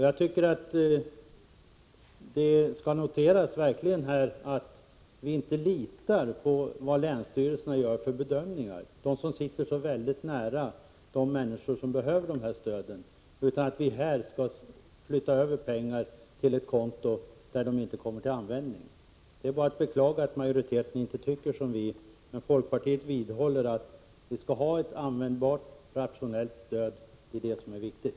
Jag tycker att det skall noteras att vi inte litar på de bedömningar som görs av länsstyrelserna, de som sitter så nära de människor som behöver dessa stöd. Skall vi här flytta över pengar till ett konto där de inte kommer till användning? Det är bara att beklaga att majoriteten inte tycker som vi. Men folkpartiet vidhåller att man skall ha ett användbart och rationellt stöd till det som är viktigt.